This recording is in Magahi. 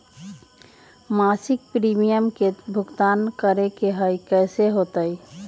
मासिक प्रीमियम के भुगतान करे के हई कैसे होतई?